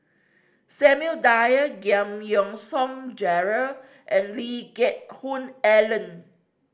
Samuel Dyer Giam Yean Song Gerald and Lee Geck Hoon Ellen